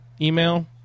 email